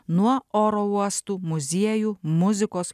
nuo oro uostų muziejų muzikos